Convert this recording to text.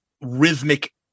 rhythmic